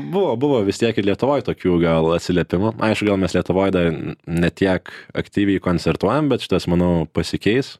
buvo buvo vis tiek ir lietuvoj tokių gal atsiliepimų aišku gal mes lietuvoje dar ne tiek aktyviai koncertuojam bet šitas manau pasikeis